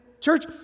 church